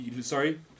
sorry